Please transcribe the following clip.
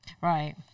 Right